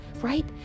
right